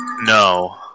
No